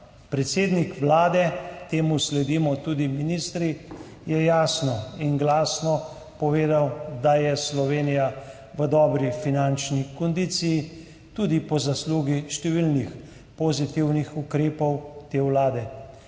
Predsednik Vlade, temu sledimo tudi ministri, je jasno in glasno povedal, da je Slovenija v dobri finančni kondiciji tudi po zaslugi številnih pozitivnih ukrepov te vlade.